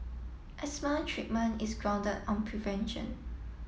asthma treatment is grounded on prevention